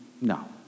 no